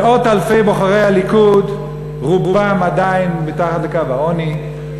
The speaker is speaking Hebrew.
מאות אלפי בוחרי הליכוד רובם עדיין מתחת לקו העוני,